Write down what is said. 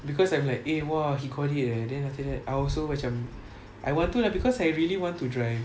because I'm like eh !wah! he got it eh I also macam I want to lah because I really want to drive